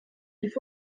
faut